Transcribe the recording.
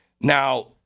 Now